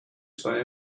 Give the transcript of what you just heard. say